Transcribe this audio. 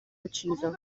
ucciso